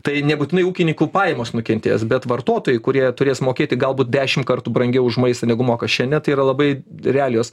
tai nebūtinai ūkininkų pajamos nukentės bet vartotojai kurie turės mokėti galbūt dešimt kartų brangiau už maistą negu moka šiandien tai yra labai realijos